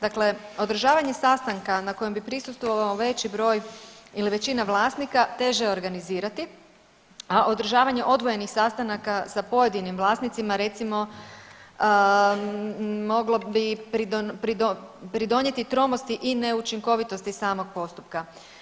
Dakle, održavanje sastanka na kojem bi prisustvovao veći broj ili većina vlasnika teže je organizirati, a održavanje odvojenih sastanaka sa pojedinim vlasnicima recimo moglo bi pridonijeti tromosti i neučinkovitosti samoga postupka.